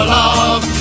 love